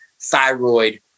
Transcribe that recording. thyroid